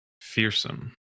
fearsome